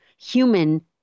human